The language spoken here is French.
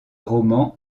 roman